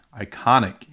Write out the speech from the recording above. iconic